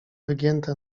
wygięte